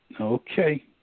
okay